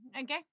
Okay